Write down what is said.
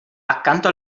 accanto